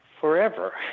forever